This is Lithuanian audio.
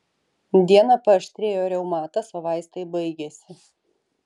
dieną paaštrėjo reumatas o vaistai baigėsi